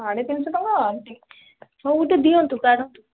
ସାଢ଼େ ତିନିଶହ ଟଙ୍କା ଟି ହଉ ଗୋଟେ ଦିଅନ୍ତୁ କାଢ଼ନ୍ତୁ